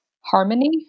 harmony